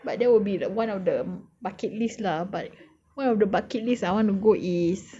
but there will be the one of the bucket list lah but one of the bucket list I wanna go is